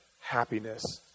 happiness